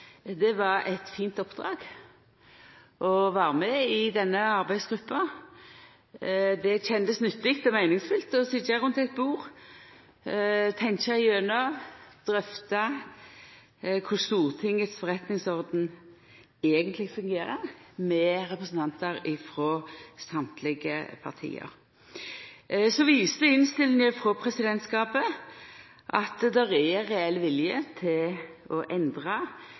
det var eit fint oppdrag å vera med i denne arbeidsgruppa. Det kjendest nyttig og meiningsfylt å sitja rundt eit bord og tenkja igjennom og drøfta med representantar frå alle parti korleis Stortinget sin forretningsorden eigentleg fungerer. Innstillinga frå presidentskapet viser at det er reell vilje til å endra